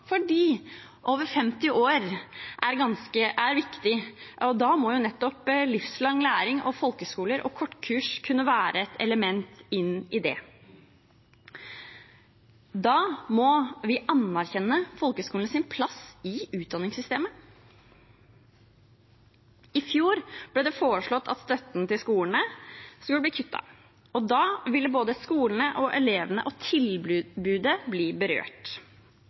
over 50 år er viktig. Da må jo nettopp livslang læring og folkehøgskoler og kortkurs kunne være et element inn i det. Og da må vi anerkjenne folkehøgskolenes plass i utdanningssystemet. I fjor ble det foreslått at støtten til skolene skulle bli kuttet. Da ville både skolene og elevene og tilbudet bli berørt.